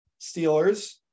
Steelers